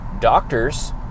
doctors